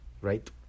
right